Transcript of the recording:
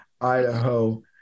idaho